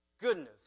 goodness